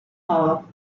law